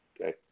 Okay